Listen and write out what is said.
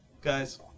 Guys